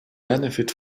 benefit